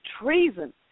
treason